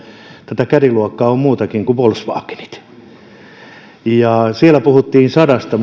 tätä caddy luokkaa on muutakin kuin volkswagenit siellä puhuttiin sadasta